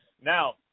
Now